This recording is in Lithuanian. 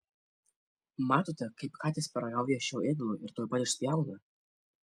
matote kaip katės paragauja šio ėdalo ir tuoj pat išspjauna